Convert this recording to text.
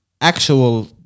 actual